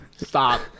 Stop